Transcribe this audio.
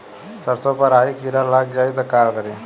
सरसो पर राही किरा लाग जाई त का करी?